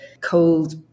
cold